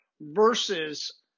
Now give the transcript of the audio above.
versus